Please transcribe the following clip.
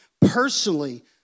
personally